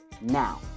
now